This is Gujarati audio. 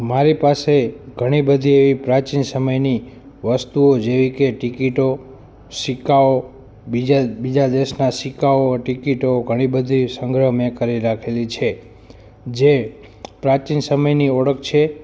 મારી પાસે ઘણી બધી એવી પ્રાચીન સમયની વસ્તુઓ જેવી કે ટિકીટો સિક્કાઓ બીજા બીજા દેશના સિક્કાઓ ટિકીટો ઘણી બધી સંગ્રહ મેં કરી રાખેલી છે જે પ્રાચીન સમયની ઓળખ છે